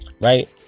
right